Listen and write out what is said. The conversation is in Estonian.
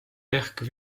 ehk